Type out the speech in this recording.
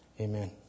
Amen